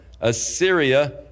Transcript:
Assyria